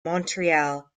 montreal